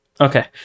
Okay